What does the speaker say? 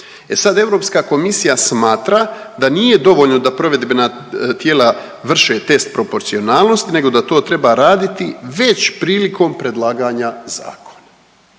E sad Europska komisija smatra da nije dovoljno da provedbena tijela vrše test proporcionalnosti nego da to treba raditi već prilikom predlaganja zakona.